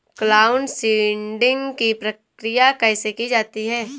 Cloud seeding की प्रक्रिया कैसे की जाती है?